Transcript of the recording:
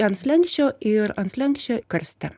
ant slenksčio ir ant slenksčio karste